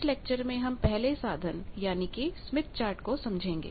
इस लेक्चर में हम पहले साधन यानी कि स्मिथ चार्ट को समझेंगे